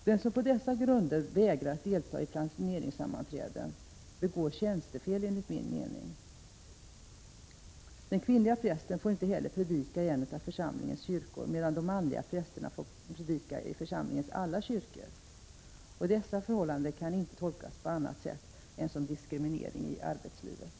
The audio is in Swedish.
Den som på dessa grunder vägrar att delta i planeringssammanträden begår enligt min mening tjänstefel. Den kvinnliga prästen får inte heller predika i en av församlingens kyrkor, medan de manliga prästerna får predika i församlingens alla kyrkor. Dessa förhållanden kan inte tolkas på annat sätt än som diskriminering i arbetslivet.